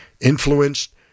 influenced